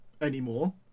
anymore